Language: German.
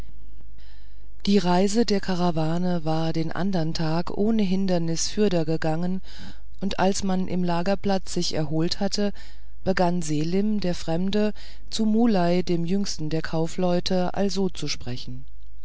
die reise der karawane war den anderen tag ohne hindernis fürder gegangen und als man im lagerplatz sich erholt hatte begann selim der fremde zu muley dem jüngsten der kaufleute also zu sprechen